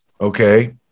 Okay